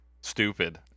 stupid